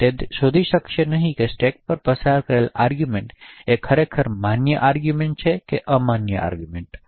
તે શોધી શકશે નહીં કે સ્ટેક પર પસાર કરેલી આર્ગૂમેંટ ખરેખર માન્ય આર્ગૂમેંટ છે કે અમાન્ય આર્ગૂમેંટ છે